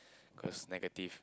cause negative